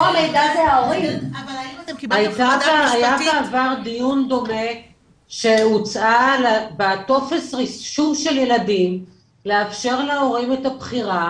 היה בעבר דיון דומה שהוצע בטופס הרישום של הילדים לאפשר להורים את הבחירה